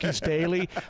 daily